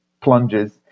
plunges